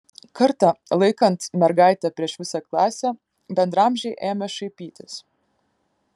kartą laikant mergaitę prieš visą klasę bendraamžiai ėmė šaipytis